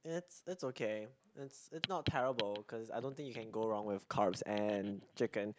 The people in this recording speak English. it's it's okay it's it's not terrible cause I don't think you can go wrong with carbs and chicken